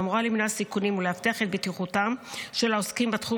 שאמורה למנוע סיכונים ולהבטיח את בטיחותם של העוסקים בתחום